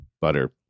butter